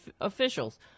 officials